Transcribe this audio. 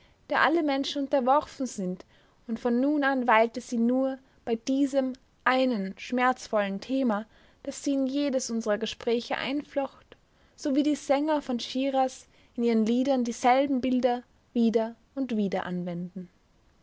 der alle menschen unterworfen sind und von nun an weilte sie nur bei diesem einen schmerzvollen thema das sie in jedes unserer gespräche einflocht so wie die sänger von schiras in ihren liedern dieselben bilder wieder und wieder anwenden